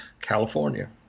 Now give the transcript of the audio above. California